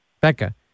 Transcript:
Becca